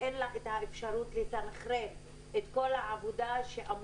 אין לה את האפשרות לסנכרן את כל העבודה שאמורה